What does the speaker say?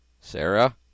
Sarah